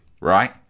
right